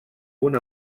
una